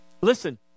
Listen